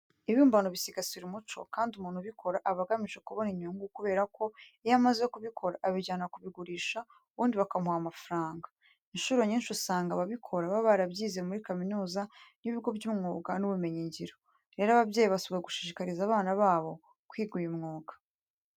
Ibibumbano bisigasira umuco, kandi umuntu ubikora aba agamije kubona inyungu kubera ko iyo amaze kubikora abijyana kubigurisha ubundi bakamuha amafaranga. Incuro nyinshi usanga ababikora baba barabyize muri kaminuza n'ibigo by'imyuga n'ubumenyingiro. Rero ababyeyi basabwa gushishikariza abana babo kwiga uyu mwuga.